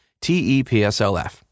TEPSLF